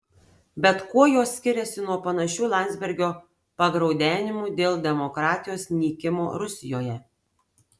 bet kuo jos skiriasi nuo panašių landsbergio pagraudenimų dėl demokratijos nykimo rusijoje